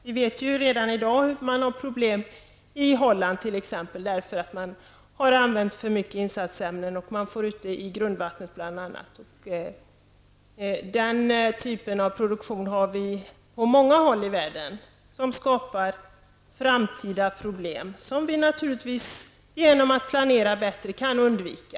Vi vet redan i dag att man har problem i t.ex. Holland, därför att man använt för mycket tillsatsämnen. Man får bl.a. ut dem i grundvattnet. Den typen av produktion har vi på många håll i världen och den skapar framtida problem, som vi naturligtvis genom att planera bättre kan undvika.